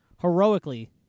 heroically